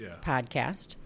podcast